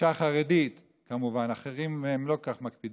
אישה חרדית, כמובן, עם אחרים הם לא כל כך מקפידים,